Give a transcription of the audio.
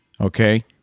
okay